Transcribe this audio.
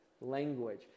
language